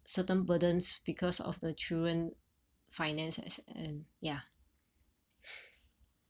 certain burdens because of the children finance et cet~ and ya